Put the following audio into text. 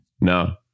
No